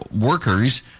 workers